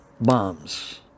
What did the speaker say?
bombs